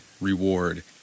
reward